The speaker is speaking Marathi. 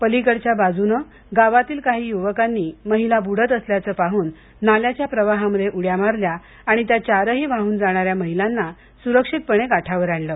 पलीकडच्या बाजूनं गावातील काही युवकांनी महिला बूडत असल्याचं पाहन नाल्याच्या प्रवाहामध्ये उड्या मारल्या आणि त्या चारही वाहन जाणाऱ्या महिलांना सुरक्षितपणे काठावर आणलं